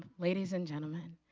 ah ladies and gentlemen,